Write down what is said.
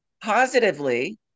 positively